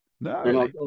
No